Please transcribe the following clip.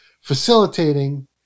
facilitating